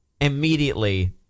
immediately